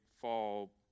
fall